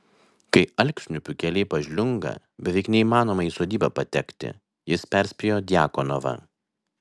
kai alksniupių keliai pažliunga beveik neįmanoma į sodybą patekti jis perspėjo djakonovą